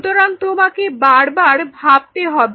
সুতরাং তোমাকে বারবার ভাবতে হবে